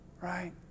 right